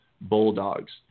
bulldogs